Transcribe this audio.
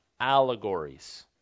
allegories